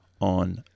on